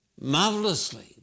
marvelously